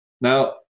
Now